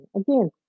Again